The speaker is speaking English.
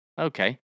Okay